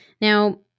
Now